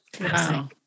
Wow